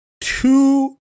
two